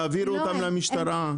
תעבירו אותם למשטרה.